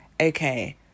okay